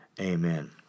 Amen